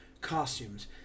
costumes